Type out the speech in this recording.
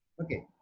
okay?